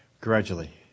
gradually